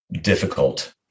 difficult